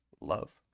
Love